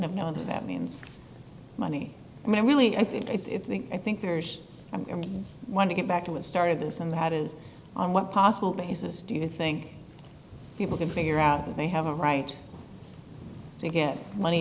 wouldn't know that means money i mean really i think if the i think there's a want to get back to what started this and that is on what possible basis do you think people can figure out and they have a right to get money